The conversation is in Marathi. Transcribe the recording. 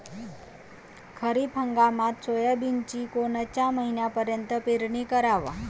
खरीप हंगामात सोयाबीनची कोनच्या महिन्यापर्यंत पेरनी कराव?